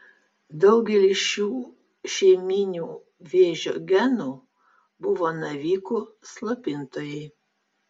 daugelis šių šeiminių vėžio genų buvo navikų slopintojai